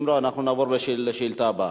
אם לא, אנחנו נעבור לשאילתא הבאה.